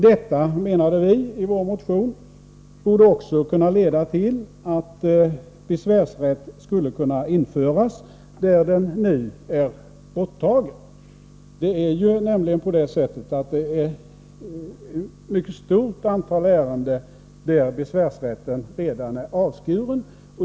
Detta, menade vi i vår motion, borde även kunna leda till att besvärsrätt skulle kunna införas där den nu är borttagen. I ett mycket stort antal ärenden är besvärsrätten nämligen redan avskuren.